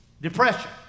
depression